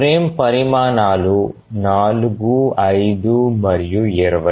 frame పరిమాణాలు 4 5 మరియు 20